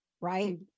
right